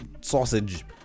sausage